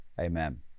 Amen